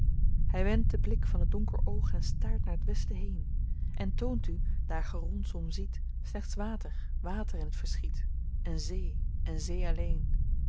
hy wendt den blik van t donker oog en staart naar t westen heen en toont u daar ge rondsom ziet slechts water water in t verschiet en zee en zee alleen